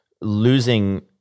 losing